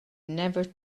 never